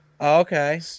okay